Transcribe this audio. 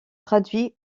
traduits